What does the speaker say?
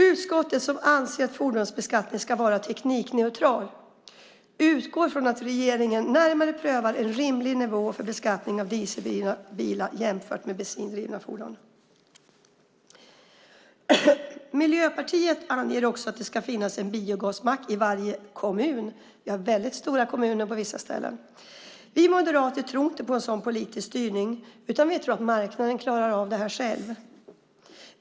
Utskottet, som anser att fordonsbeskattningen ska vara teknikneutral, utgår från att regeringen närmare prövar en rimlig nivå för beskattning av dieseldrivna bilar jämfört med bensindrivna fordon. Miljöpartiet anger också att det ska finnas en biogasmack i varje kommun. På vissa ställen har vi väldigt stora kommuner. Vi moderater tror inte på en sådan politisk styrning utan tror att marknaden klarar detta själv.